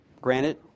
granted